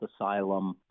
asylum